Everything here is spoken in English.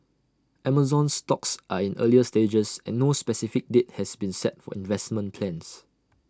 Amazon's talks are in earlier stages and no specific date has been set for investment plans